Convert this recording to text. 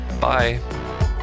Bye